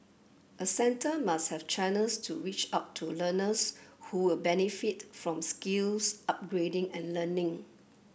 a centre must have channels to reach out to learners who will benefit from skills upgrading and learning